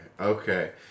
Okay